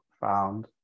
found